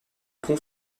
pont